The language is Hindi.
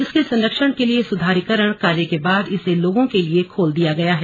इसके संरक्षण के लिए सुधारीकरण कार्य के बाद इसे लोगों के लिए खोल दिया गया है